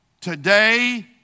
today